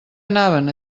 anaven